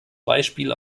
beispiel